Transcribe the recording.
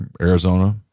Arizona